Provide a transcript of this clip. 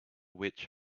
which